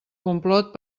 complot